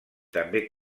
també